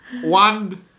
one